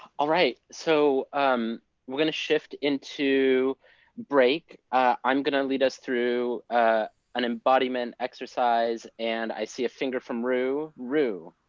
all right. so we're gonna shift into break. i'm gonna lead us through an embodiment exercise. and i see a finger from roo. roo.